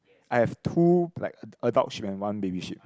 I have two like adult sheep and one baby sheep